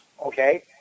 Okay